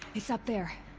it's up there!